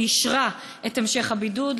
אישרה את המשך הבידוד.